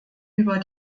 über